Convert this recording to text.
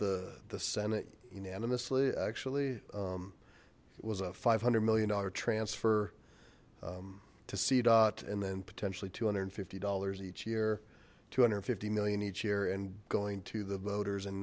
the the senate unanimously actually it was a five hundred million dollar transfer to see dot and then potentially two hundred and fifty dollars each year two hundred and fifty million each year and going to the voters and